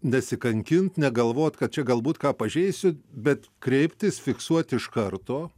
nesikankint negalvot kad čia galbūt ką pažeisiu bet kreiptis fiksuot iš karto